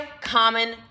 common